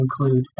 include